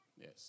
Yes